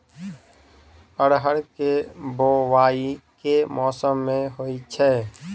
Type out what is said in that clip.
अरहर केँ बोवायी केँ मौसम मे होइ छैय?